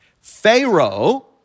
Pharaoh